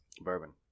bourbon